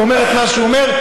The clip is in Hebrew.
ואומר את מה שהוא אומר,